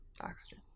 Oxygen